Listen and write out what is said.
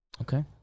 Okay